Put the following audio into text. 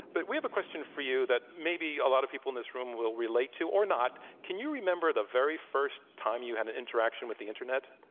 but we have a question for you that maybe a lot of people in this room will relate to, or not. can you remember the very first time you had an interaction with the internet?